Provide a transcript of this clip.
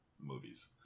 movies